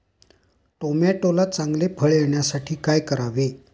टोमॅटोला चांगले फळ येण्यासाठी काय करावे?